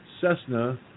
Cessna